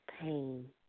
pain